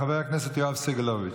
חבר הכנסת יואב סגלוביץ',